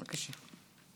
בבקשה.